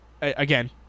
again